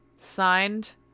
Signed